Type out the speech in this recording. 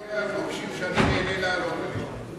הוא לא עולה על מוקשים שאני נהנה לעלות עליהם.